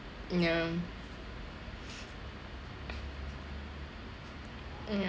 ya mm